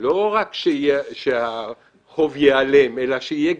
לא רק כשהחוב ייעלם, אלא כשיהיה גירעון,